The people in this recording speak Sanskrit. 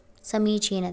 समीचीनतया